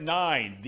nine